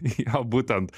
jo būtent